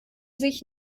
sich